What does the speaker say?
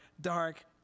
dark